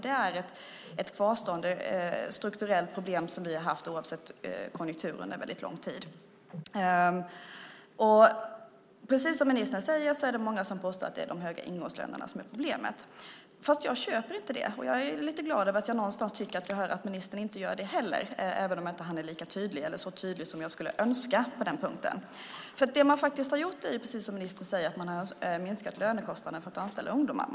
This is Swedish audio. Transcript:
Det är ett kvarstående strukturellt problem som vi har haft oavsett konjunktur under en väldigt lång tid. Precis som ministern säger är det många som påstår att det är de höga ingångslönerna som är problemet. Men jag köper inte det, och jag är lite glad över att jag tycker mig höra att ministern inte gör det heller, även om han inte är så tydlig som jag skulle önska på den punkten. Det man har gjort är precis som ministern säger att man har minskat lönekostnaderna för att anställa ungdomar.